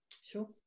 sure